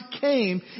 came